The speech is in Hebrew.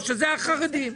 שזה החרדים,